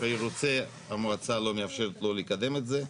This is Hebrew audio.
ראש העיר רוצה, המועצה לא מאפשרת לו לקדם את זה.